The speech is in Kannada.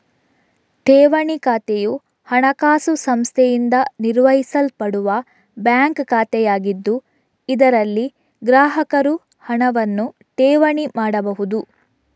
ಠೇವಣಿ ಖಾತೆಯು ಹಣಕಾಸು ಸಂಸ್ಥೆಯಿಂದ ನಿರ್ವಹಿಸಲ್ಪಡುವ ಬ್ಯಾಂಕ್ ಖಾತೆಯಾಗಿದ್ದು, ಇದರಲ್ಲಿ ಗ್ರಾಹಕರು ಹಣವನ್ನು ಠೇವಣಿ ಮಾಡಬಹುದು